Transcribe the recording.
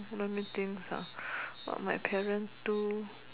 let me think ah what my parent do